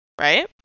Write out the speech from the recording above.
Right